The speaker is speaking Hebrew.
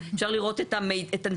אפשר לראות את הפרוטוקול של אותו דיון?